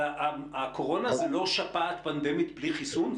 אבל הקורונה זה לא שפעת פנדמית בלי חיסון?